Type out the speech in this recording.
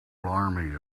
army